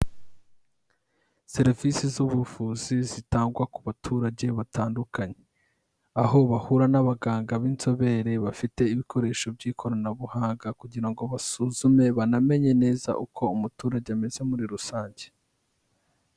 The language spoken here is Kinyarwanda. Serivisi z'ubuvuzi zitangwa ku baturage batandukanye, aho bahura n'abaganga b'inzobere bafite ibikoresho by'ikoranabuhanga kugira ngo basuzume banamenye neza uko umuturage ameze muri rusange.